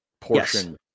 portion